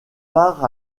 part